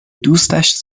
دوستش